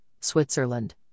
Switzerland